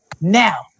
Now